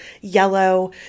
yellow